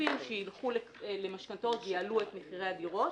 כספים שילכו למשכנתאות ויעלו את מחירי הדירות.